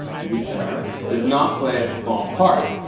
to be fair, did not play a small part.